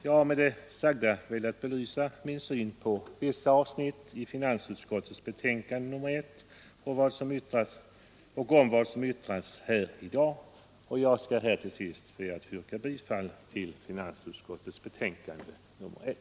Jag har med det sagda velat belysa min syn på vissa avsnitt av finansutskottets betänkande nr 1 och på vad som har yttrats här i dag. Jag ber att få yrka bifall till vad utskottet hemställt.